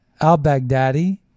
al-Baghdadi